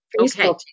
Okay